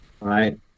right